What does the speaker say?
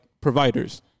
providers